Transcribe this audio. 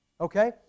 Okay